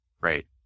right